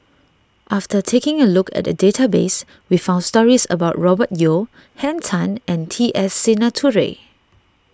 after taking a look at the database we found stories about Robert Yeo Henn Tan and T S Sinnathuray